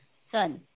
Son